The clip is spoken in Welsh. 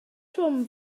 trwm